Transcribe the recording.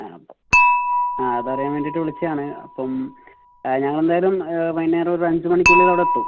അപ്പോൾ അതറിയാൻ വേണ്ടിയിട്ട് വിളിച്ചതാണ് അപ്പം ഞങ്ങളെന്തായാലും വൈകുന്നേരം ഒരഞ്ചുമണിക്കുള്ളിൽ അവിടെയെത്തും